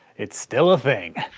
it's still a thing.